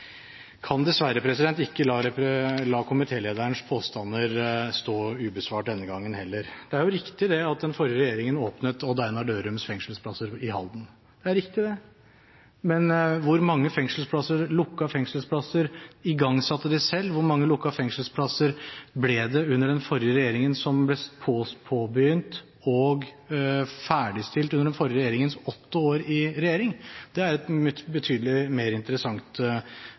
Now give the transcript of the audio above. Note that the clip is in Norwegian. kan dessverre ikke la komitélederens påstander stå ubesvart denne gangen heller. Det er riktig at den forrige regjeringen åpnet Odd Einar Dørums fengselsplasser i Halden – det er riktig, det – men hvor mange lukkede fengselsplasser igangsatte de selv, hvor mange lukkede fengselsplasser ble påbegynt og ferdigstilt under den forrige regjeringens åtte år i regjering? Det er et betydelig mer interessant